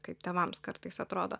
kaip tėvams kartais atrodo